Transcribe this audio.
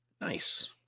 Nice